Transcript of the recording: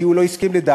כי הוא לא הסכים לדעתו,